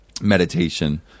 meditation